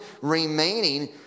remaining